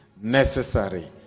necessary